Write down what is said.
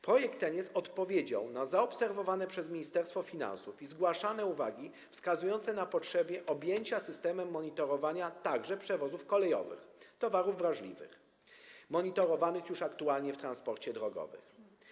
Projekt ten jest odpowiedzią na zaobserwowane przez Ministerstwo Finansów problemy i zgłaszane uwagi, wskazujące na potrzebę objęcia systemem monitorowania także przewozów kolejowych towarów wrażliwych, kontrolowanych już aktualnie w transporcie drogowym.